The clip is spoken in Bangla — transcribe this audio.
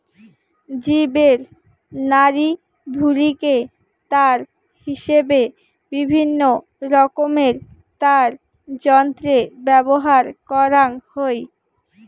জীবের নাড়িভুঁড়িকে তার হিসাবে বিভিন্নরকমের তারযন্ত্রে ব্যবহার করাং হই